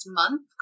month